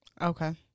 Okay